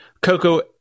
Coco